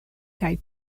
kaj